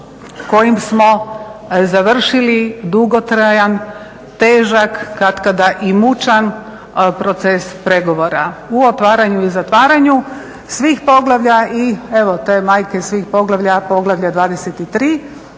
kojim smo završili dugotrajan, težak, katkada i mučan proces pregovora u otvaranju i zatvaranju svih poglavlja i evo te majke svih poglavlja, poglavlja 23